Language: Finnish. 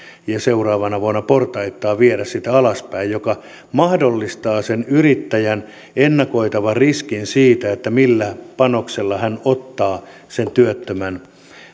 ja seuraavana vuonna portaittain viedä sitä alaspäin mikä mahdollistaa sen yrittäjän ennakoitavan riskin siitä millä panoksella hän ottaa sen työttömän